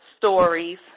stories